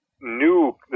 new